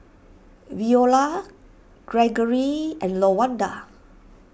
Veola Gregory and Lawanda